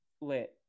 lit